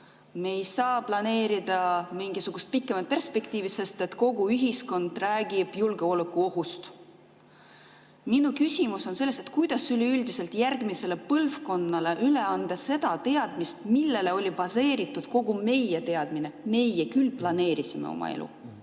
Me ei saa planeerida mingisugust pikemat perspektiivi, sest kogu ühiskond räägib julgeolekuohust. Minu küsimus on selles, et kuidas üldse järgmisele põlvkonnale üle anda seda teadmist, millel baseerus kogu meie teadmine. Meie küll planeerisime oma elu.